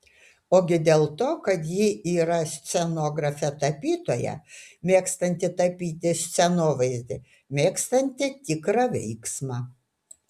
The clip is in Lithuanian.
ogi dėl to kad ji yra scenografė tapytoja mėgstanti tapyti scenovaizdį mėgstanti tikrą veiksmą